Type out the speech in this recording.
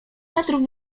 metrów